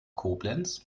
koblenz